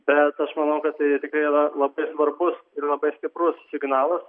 bet aš manau kad tai tikrai yra labai svarbus ir labai stiprus signalas